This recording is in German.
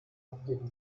abgeben